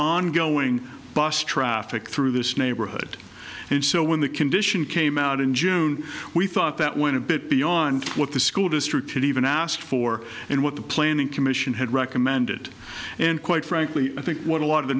ongoing bus traffic through this neighborhood and so when the condition came out in june we thought that went a bit beyond what the school district even asked for and what the planning commission had recommended and quite frankly i think what a lot of the